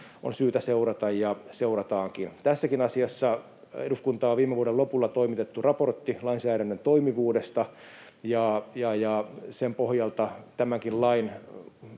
on syytä seurata ja seurataankin. Tässäkin asiassa eduskuntaan on viime vuoden lopulla toimitettu raportti lainsäädännön toimivuudesta, ja sen pohjalta tämänkin lain